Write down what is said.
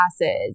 classes